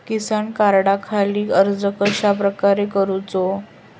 किसान कार्डखाती अर्ज कश्याप्रकारे करूचो?